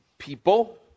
people